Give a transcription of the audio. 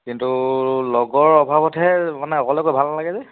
কিন্তু লগৰ অভাৱতহে মানে অকলে গৈ ভাল নালাগে যে